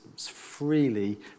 freely